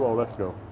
let's go